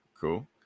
cool